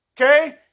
okay